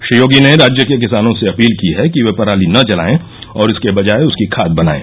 श्री योगी ने राज्य के किसानों से अपील की है कि वे पराली न जलाये और इसके बजाय उसकी खाद बनाये